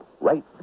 right